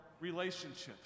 relationships